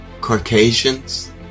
Caucasians